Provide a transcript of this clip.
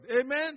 Amen